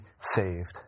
saved